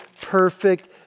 perfect